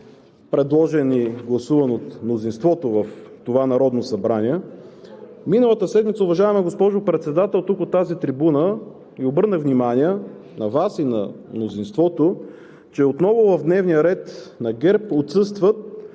предложен и гласуван от мнозинството в това Народно събрание. Миналата седмица, уважаема госпожо Председател, от тази трибуна обърнах внимание на Вас и на мнозинството, че отново в дневния ред на ГЕРБ отсъства